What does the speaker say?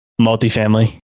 Multifamily